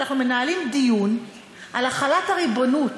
אנחנו מנהלים דיון על החלת הריבונות